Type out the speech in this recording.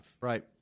Right